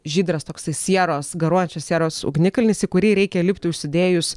žydras toksai sieros garuojančios sieros ugnikalnis į kurį reikia lipti užsidėjus